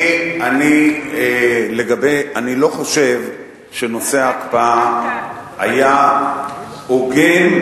אני לא חושב שנושא ההקפאה היה הוגן,